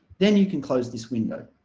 then you can close this window